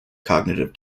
cognitive